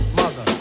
mother